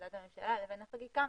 החלטת הממשלה לבין החקיקה,